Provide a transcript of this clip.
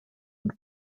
und